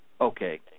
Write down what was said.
Okay